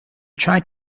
trying